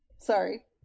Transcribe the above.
sorry